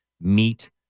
meet